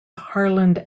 harland